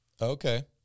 Okay